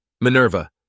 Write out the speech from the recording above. Minerva